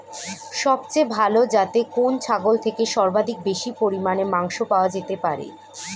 সবচেয়ে ভালো যাতে কোন ছাগল থেকে সর্বাধিক বেশি পরিমাণে মাংস পাওয়া যেতে পারে?